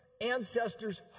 ancestors